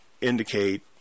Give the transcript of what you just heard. indicate